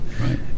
right